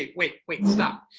like wait wait stop.